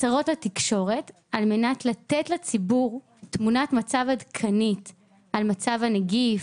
הצהרות לתקשורת על מנת לתת לציבור תמונת מצב עדכנית על מצב הנגיף,